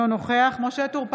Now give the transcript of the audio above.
אינו נוכח משה טור פז,